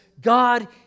God